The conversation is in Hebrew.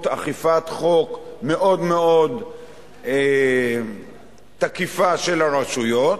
אכיפת חוק מאוד מאוד תקיפה של הרשויות,